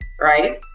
right